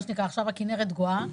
מה שנקרא עכשיו הכנרת גואה,